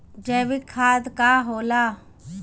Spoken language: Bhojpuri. जैवीक खाद का होला?